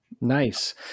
Nice